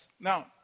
Now